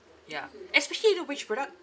ya especially you know which product